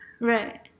right